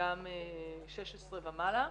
וגם 16 ומעלה.